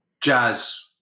jazz